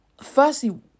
Firstly